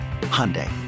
Hyundai